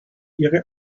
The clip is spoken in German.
ihre